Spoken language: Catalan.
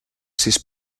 sis